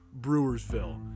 Brewersville